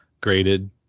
graded